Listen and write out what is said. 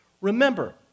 remember